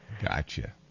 Gotcha